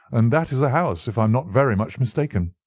and that is the house, if i am not very much mistaken.